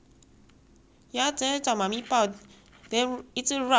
then 一直 rub 我的爸爸的 super jealous of my cat